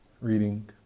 reading